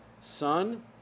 son